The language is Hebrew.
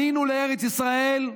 עלינו לארץ ישראל,